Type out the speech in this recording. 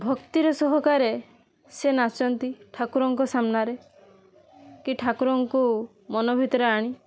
ଭକ୍ତିର ସହକାରେ ସେ ନାଚନ୍ତି ଠାକୁରଙ୍କ ସାମ୍ନାରେ କି ଠାକୁରଙ୍କୁ ମନ ଭିତରେ ଆଣି